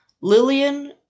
Lillian